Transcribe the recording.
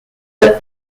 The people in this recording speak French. est